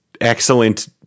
excellent